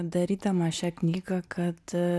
darydama šią knygą kad